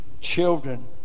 Children